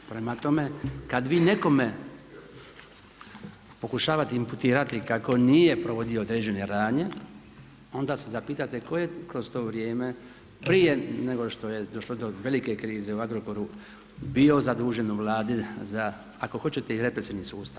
Prema tome, kada vi nekome pokušavate imputirati kako nije provodio određene radnje, onda se zapitate tko je kroz to vrijeme prije nego što je došlo do velike krize u Agrokoru bio zadužen u vladi za ako hoćete i represivni sustav.